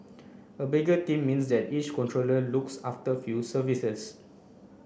a bigger team means that each controller looks after few services